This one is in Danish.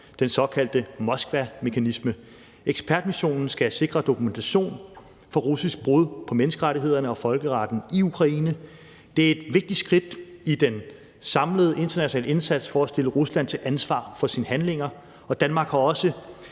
den såkaldte Moskvamekanisme. Ekspertmissionen skal sikre dokumentation for russisk brud på menneskerettighederne og folkeretten i Ukraine. Det er et vigtigt skridt i den samlede internationale indsats for at stille Rusland til ansvar for sine handlinger, og Danmark har også